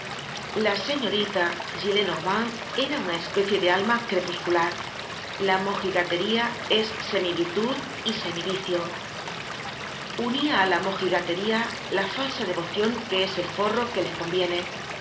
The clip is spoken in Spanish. la señorita gillenormand era una especie de alma crepuscular la mojigatería es semivirtud y semi vicio unia á la mojigatería la falsa devocion que es el forro que le conviene